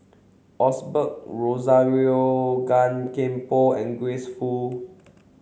Osbert Rozario Gan Thiam Poh and Grace Fu